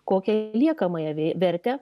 kokią liekamąją vė vertę